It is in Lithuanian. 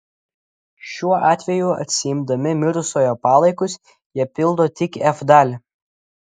šiuo atveju atsiimdami mirusiojo palaikus jie pildo tik f dalį